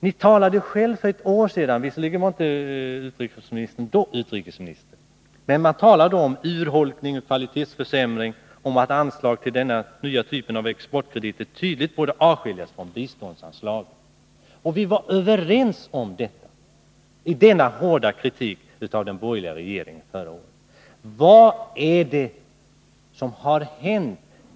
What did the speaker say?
Ni talade själva för ett år sedan — visserligen var inte utrikesministern då utrikesminister — om urholkningar, om kvalitetsförsämring och om att anslag till denna typ av exportkrediter tydligt borde skiljas från biståndsanslaget. Vi var överens om detta i vår hårda kritik av den borgerliga regeringen förra året. Vad är det som har hänt?